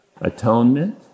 atonement